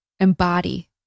embody